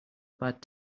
bad